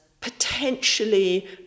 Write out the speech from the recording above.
potentially